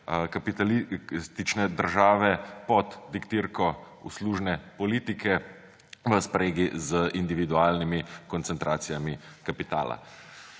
kapitalistične države pod taktirko uslužne politike v spregi z individualnimi koncentracijami kapitala.